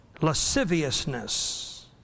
lasciviousness